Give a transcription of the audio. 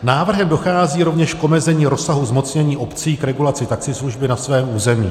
Návrhem dochází rovněž k omezení rozsahu zmocnění obcí k regulaci taxislužby na svém území.